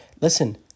Listen